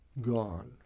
gone